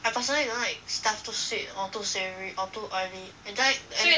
I personally don't like stuff too sweet or too savoury or too oily I just like and